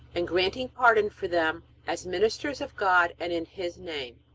and granting pardon for them as ministers of god and in his name.